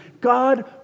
God